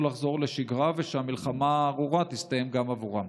לחזור לשגרה ושהמלחמה הארורה תסתיים גם עבורם.